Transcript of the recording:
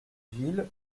ville